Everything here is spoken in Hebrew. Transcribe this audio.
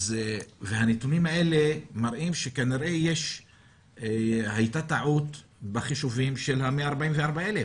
הנתונים האלה מראים שכנראה הייתה טעות בחישובים של ה-144,000,